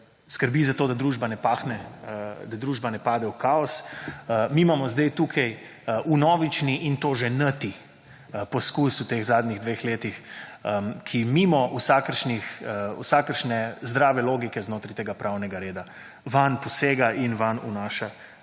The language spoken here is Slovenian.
skrbi za to, da družba ne pade v kaos. Mi imamo zdaj tukaj vnovični in to že n-ti poizkus v teh zadnjih dveh letih, ki mimo vsakršne zdrave logike znotraj tega pravnega reda vanj posega in vanj vnaša